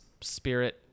spirit